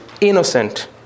innocent